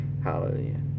Hallelujah